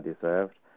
deserved